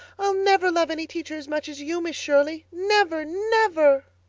i'll never love any teacher as much as you, miss shirley, never, never.